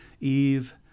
Eve